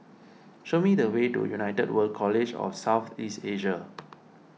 show me the way to United World College of South East Asia